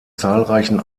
zahlreichen